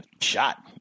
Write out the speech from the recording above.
shot